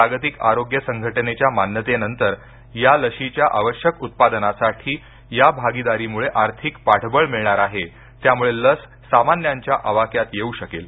जागतिक आरोग्य संघटनेच्या मान्यतेनंतर या लशीच्या आवश्यक उत्पादनासाठी या भागीदारीमुळे आर्थिक पाठबळ मिळणार आहे त्यामुळे लस सामान्यांच्या आवाक्यात येऊ शकेल